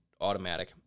automatic